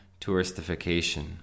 Touristification